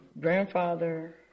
grandfather